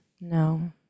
No